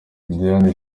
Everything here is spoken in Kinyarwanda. diane